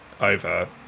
over